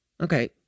okay